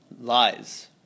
lies